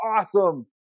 awesome